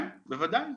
כן, בוודאי.